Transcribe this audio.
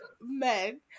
men